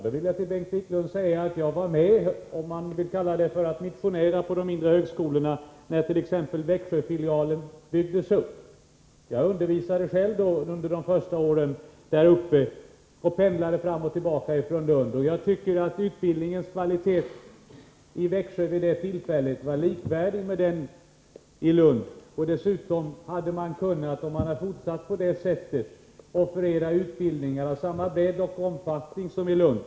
Jag vill till Bengt Wiklund säga att jag t.ex. var med — kanske kan det kallas att missionera på en mindre högskola — när Växjöfilialen byggdes upp. Jag 153 undervisade själv på denna under de första åren och pendlade mellan Lund och Växjö. Jag tycker att kvaliteten på utbildningen i Växjö under den tiden varlikvärdig med den som meddelades i Lund. Dessutom hade man, om man hade fortsatt på det sättet, kunnat offerera utbildningar av samma bredd och omfattning som i Lund.